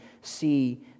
see